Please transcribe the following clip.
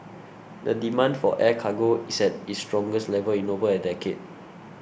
the demand for air cargo is at its strongest level in over a decade